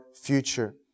future